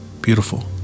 beautiful